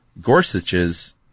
Gorsuch's